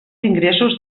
ingressos